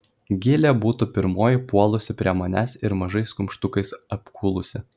gilė būtų pirmoji puolusi prie manęs ir mažais kumštukais apkūlusi